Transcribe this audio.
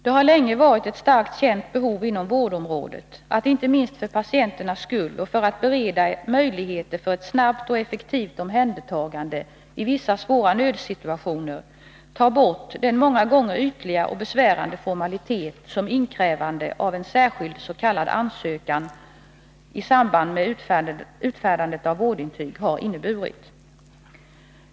Det har länge varit ett starkt och känt behov inom vårdområdet att, inte minst för patienternas skull och för att bereda ett snabbt och effektivt omhändertagande i svåra nödsituationer, ta bort den många gånger ytliga och besvärande formalitet som inkrävandet av en särskild s.k. ansökan i samband med utfärdandet av vårdintyg har inneburit.